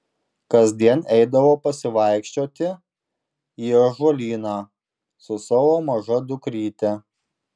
kasdien eidavau pasivaikščioti į ąžuolyną su savo maža dukryte